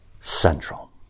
central